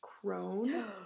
crone